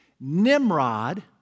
Nimrod